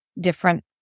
different